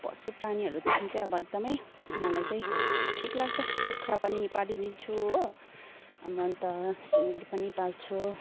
पशु प्राणीहरूदेखि चाहिँ अब एकदमै मलाई चाहिँ ठिक लाग्छ कुखुरा पनि पालिदिन्छु हो अन्त सुँगुर पनि पाल्छु